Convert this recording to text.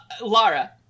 Lara